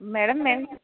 madam ma'am